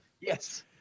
yes